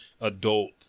adult